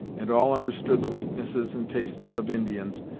and all understood the weaknesses and tastes of indians,